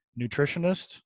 nutritionist